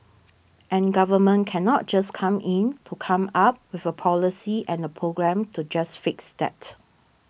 and government cannot just come in to come up with a policy and a program to just fix that